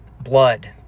blood